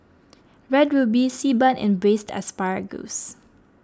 Red Ruby Xi Ban and Braised Asparagus